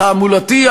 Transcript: התעמולתי,